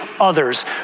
others